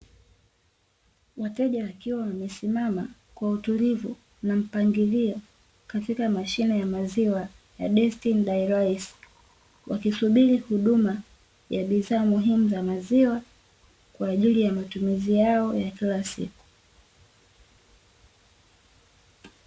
Wateja wakiwa wamesimama kwa utulivu na mpangilio katika mashine ya maziwa ya Destiny Dairies wakisubiri huduma ya bidhaa muhimu za maziwa kwa ajili ya matumizi yao ya kila siku.